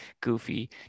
goofy